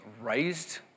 raised